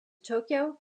tokyo